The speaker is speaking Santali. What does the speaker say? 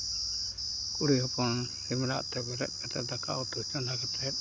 ᱠᱩᱲᱤ ᱦᱚᱯᱚᱱ ᱥᱤᱢᱨᱟᱜ ᱛᱮ ᱵᱮᱨᱮᱫ ᱠᱟᱛᱮᱫ ᱫᱟᱠᱟ ᱩᱛᱩ ᱪᱚᱸᱫᱟ ᱠᱟᱛᱮᱫ